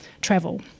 travel